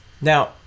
now